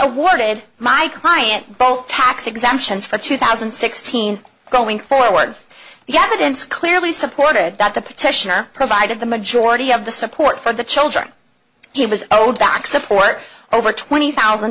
awarded my client both tax exemptions for two thousand and sixteen going forward guidance clearly supported that the petitioner provided the majority of the support for the children he was owed back support over twenty thousand